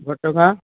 ଘଟଗାଁ